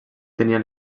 tenia